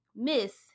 Miss